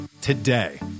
today